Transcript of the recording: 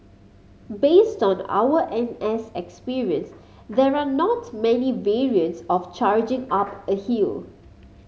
based on our N S experience there are not many variants of charging up a hill